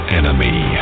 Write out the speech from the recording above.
enemy